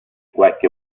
qualche